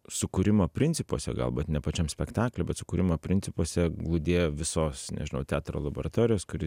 sukūrimo principuose galbūt ne pačiam spektakly bet sukūrimo principuose glūdėjo visos nežinau teatro laboratorijos kuri